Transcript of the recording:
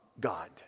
God